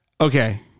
Okay